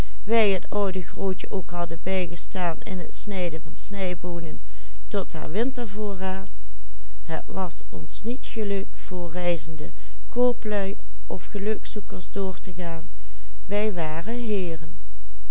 reizende kooplui of gelukzoekers door te gaan